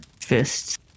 fists